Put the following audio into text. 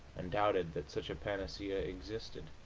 and doubted that such a panacea existed.